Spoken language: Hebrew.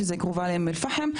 שקרובה לאום אל פחם,